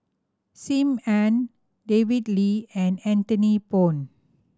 Sim Ann David Lee and Anthony Poon